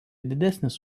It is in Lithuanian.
didesnis